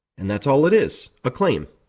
and that's all it is. a claim.